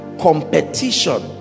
Competition